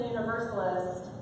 Universalist